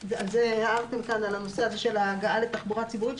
הערתם כאן על ההגעה לתחבורה ציבורית.